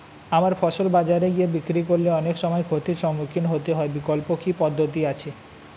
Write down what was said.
আমার ফসল বাজারে গিয়ে বিক্রি করলে অনেক সময় ক্ষতির সম্মুখীন হতে হয় বিকল্প কি পদ্ধতি আছে?